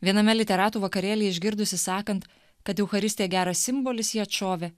viename literatų vakarėlyje išgirdusi sakant kad eucharistija geras simbolis ji atšovė